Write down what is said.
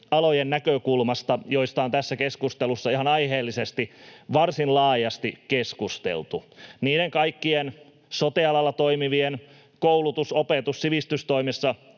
alojen näkökulmasta, joista on tässä keskustelussa ihan aiheellisesti varsin laajasti keskusteltu: niiden kaikkien sote-alalla toimivien, koulutus‑, opetus‑, sivistystoimessa